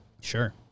Sure